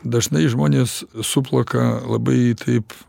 dažnai žmonės suplaka labai taip